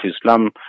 Islam